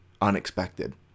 unexpected